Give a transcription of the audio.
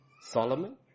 Solomon